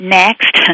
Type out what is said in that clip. next